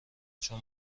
چون